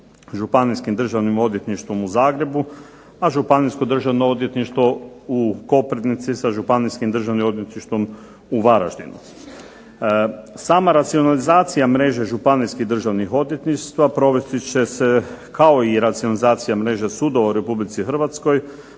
županijskim državnim odvjetništvom u Zagrebu, a županijsko Državno odvjetništvo u Koprivnici sa županijskim Državnim odvjetništvom u Varaždinu. Sama racionalizacija mreže županijskih Državnih odvjetništava provesti će se i kao racionalizacija mreže sudova u Republici Hrvatskoj